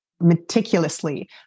meticulously